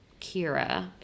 Kira